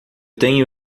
tenho